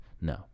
No